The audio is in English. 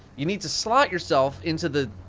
you need to slot yourself into the.